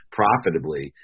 profitably